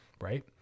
right